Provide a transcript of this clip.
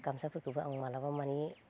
गामसाफोरखोबो आं मालाबा माने